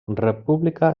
república